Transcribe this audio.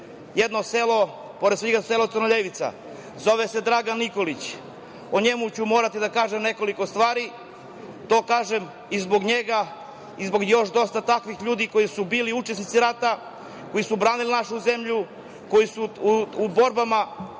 jedno selo pored Svrljiga, selo Crnoljevica. Zove se Dragan Nikolić.O njemu ću morati da kažem nekoliko stvari. To kažem i zbog njega i zbog još mnogo takvih ljudi koji su bili učesnici rata koji su branili našu zemlju, koji su u borbama